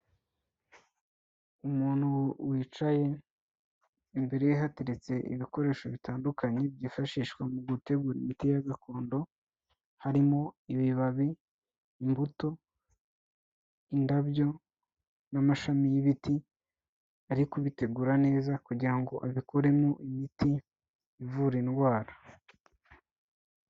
Umuntu wicaye imbere ye hateretse ibikoresho bitandukanye byifashishwa mu gutegura imiti gakondo, harimo ibibabi, imbuto, indabyo n'amashami y'ibiti ari kubitegura neza kugira ngo abikuremo imiti ivura indwara.